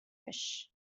fish